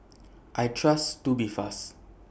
I Trust Tubifast